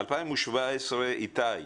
2017 איתי,